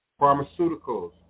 pharmaceuticals